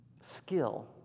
skill